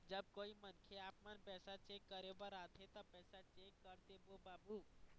जब कोई मनखे आपमन पैसा चेक करे बर आथे ता पैसा चेक कर देबो बाबू?